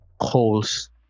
holes